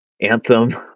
Anthem